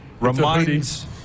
reminds